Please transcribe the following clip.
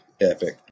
epic